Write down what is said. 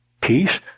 peace